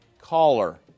caller